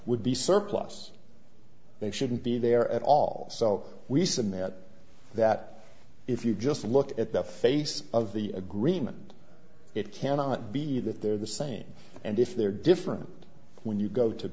would be surplus they shouldn't be there at all so we submit that if you just look at the face of the agreement it cannot be that they're the same and if they're different when you go to